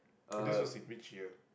oh this was in which year